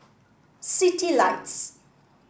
citylights